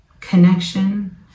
Connection